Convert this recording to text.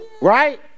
Right